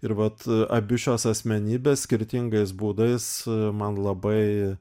ir vat abi šios asmenybės skirtingais būdais man labai